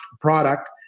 product